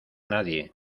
nadie